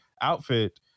outfit